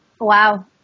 Wow